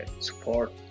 support